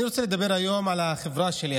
אני רוצה לדבר היום על החברה שלי,